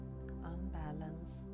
unbalanced